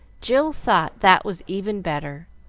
jill thought that was even better,